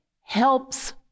helps